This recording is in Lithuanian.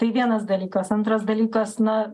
tai vienas dalykas antras dalykas na